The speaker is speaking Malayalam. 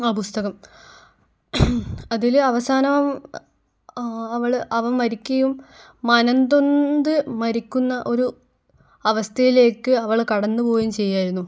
ആ പുസ്തകം അതില് അവസാനം അവള് അവൻ മരിക്കുകയും മനംനൊന്ത് മരിക്കുന്ന ഒരു അവസ്ഥയിലേക്ക് അവള് കടന്നു പോവുകയും ചെയ്യുകയായിരുന്നു